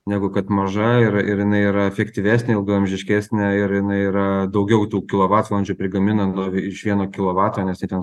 negu kad maža ir ir jinai yra efektyvesnė ilgaamžiškesnė ir jinai yra daugiau tų kilovatvalandžių prigamina nu iš vieno kilovato nes jie ten